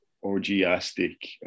orgiastic